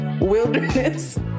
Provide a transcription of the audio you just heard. wilderness